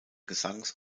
gesangs